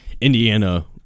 Indiana